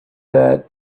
that